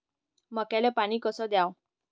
मक्याले पानी कस द्याव?